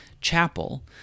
chapel